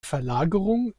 verlagerung